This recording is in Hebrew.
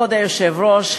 כבוד היושב-ראש,